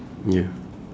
ya